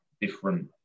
different